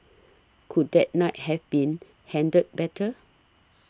could that night have been handled better